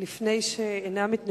לפני שאנאם את נאומי,